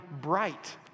bright